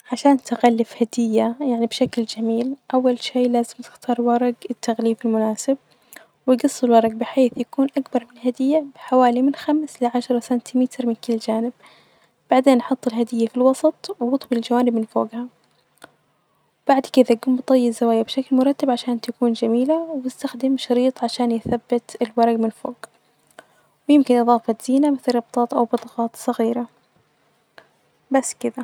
عشان تغلف هدية يعني بشكل جميل أول شئ لازم تختار ورج التغليف المناسب، وتجص الورج بحيث يكون أكبر من الهدية بحوالي من خمس لعشرة سنتيمتر من كل جانب، بعدين أحط الهدية في الوسط ونظبط الجوانب من فوجها وبعد كدة نجوم بطي الزوايا بشكل مرتب عشان تكون جميلة ونستخدم شريط عشان يثبت الورج من فوج ويمكن إظافة زينة مثل ربطات أو ربطات صغيرة بس كدة.